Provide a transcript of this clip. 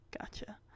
gotcha